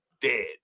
dead